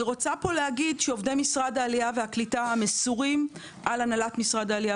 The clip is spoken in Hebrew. עובדי משרד העלייה והקליטה המסורים והנהלת משרד העלייה